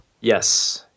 Yes